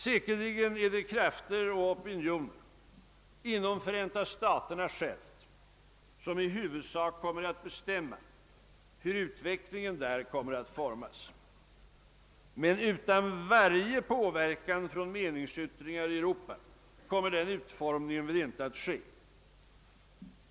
Säkerligen är det krafter och opinioner inom själva Förenta staterna som i huvudsak kommer att bestämma hur utvecklingen där kommer att formas. Men utan varje påverkan från meningsyttringar i Europa kommer den utformningen väl inte att ske.